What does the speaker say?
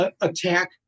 attack